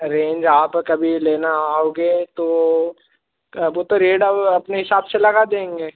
range आप कभी लेना आओगे तो वो तो रेट अब अपने हिसाब से लगा देंगे